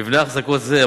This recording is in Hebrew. מבנה אחזקות זה,